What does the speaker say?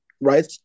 right